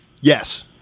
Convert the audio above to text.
Yes